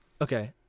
okay